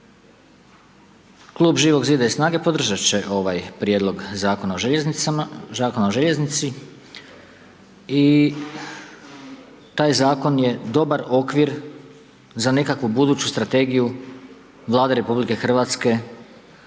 Klub Živog zida i SNAGA-e podržati će ovaj prijedlog Zakona o željeznici i taj zakon je dobar okvir za nekakvu buduću strategiju Vlade RH, u odnosu na Hrvatske